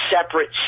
separate